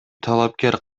талапкер